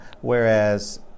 Whereas